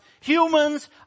humans